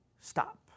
stop